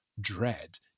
Dread